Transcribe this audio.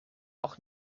auch